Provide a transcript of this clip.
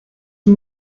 amb